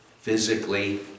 Physically